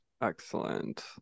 Excellent